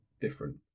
different